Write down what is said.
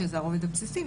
שזה הרובד הבסיסי,